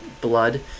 blood